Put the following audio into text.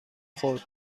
خورد